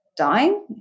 dying